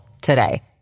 today